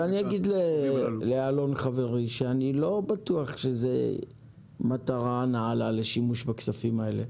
אגיד לאלון טל חברי שאני לא בטוח שזה מטרה נעלה לשימוש בכספים האלה,